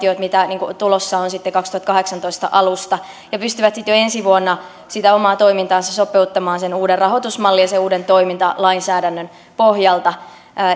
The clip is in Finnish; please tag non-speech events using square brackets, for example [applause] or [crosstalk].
[unintelligible] jo mitä tulossa on sitten kaksituhattakahdeksantoista alusta ja pystyvät sitten jo ensi vuonna sitä omaa toimintaansa sopeuttamaan sen uuden rahoitusmallin ja sen uuden toimintalainsäädännön pohjalta